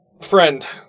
friend